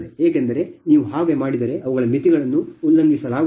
ಏಕೆಂದರೆ ಅವುಗಳ ಮಿತಿಗಳನ್ನು ಉಲ್ಲಂಘಿಸಲಾಗುವುದಿಲ್ಲ